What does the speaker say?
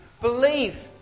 Believe